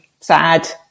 Sad